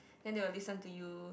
then they will listen to you